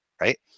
right